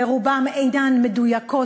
ורובן אינן מדויקות,